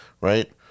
right